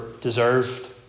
deserved